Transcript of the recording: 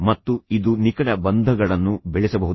ಮತ್ತು ಇದು ನಿಕಟ ಬಂಧಗಳನ್ನು ಬೆಳೆಸಬಹುದು